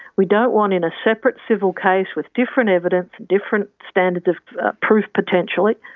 we don't want in a separate civil case with different evidence, different standards of proof potentially,